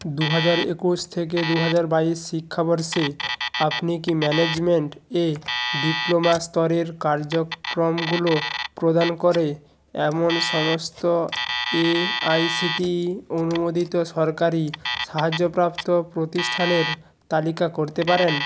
দু হাজার একুশ থেকে দু হাজার বাইশ শিক্ষাবর্ষে আপনি কি ম্যানেজমেন্ট এ ডিপ্লোমা স্তরের কার্যক্রমগুলো প্রদান করে এমন সমস্ত এআইসিটিই অনুমোদিত সরকারি সাহায্যপ্রাপ্ত প্রতিষ্ঠানের তালিকা করতে পারেন